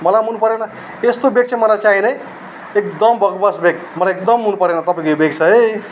मलाई मन परेन एस्तो बेग चाहिँ मलाई चाहिएनै एकदम बकवास बेग मलाई एकदम मनपरेन तपाईँको बेग चाहिँ है